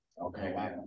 Okay